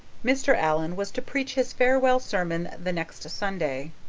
mr. allan was to preach his farewell sermon the next sunday.